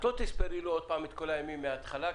את לא תספרי לו את כל הימים מהתחלה,